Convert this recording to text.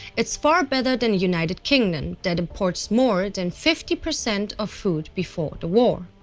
it's far better than the united kingdom that imports more than fifty percent of food before the war.